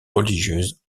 religieuse